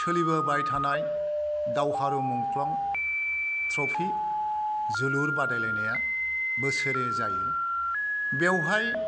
सोलिबोबाय थानाय दावहारु मुंख्लं ट्रफि जोलुर बादायलायनाया बोसोरै जायो बेवहाय